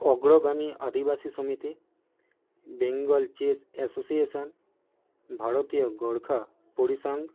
অগ্রগামী আদিবাসী সমিতি বেঙ্গল চেস অ্যাসোসিয়েশান ভারতীয় গোর্খা পরিসং